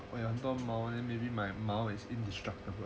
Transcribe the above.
我有很多毛 then maybe my 毛 is indestructible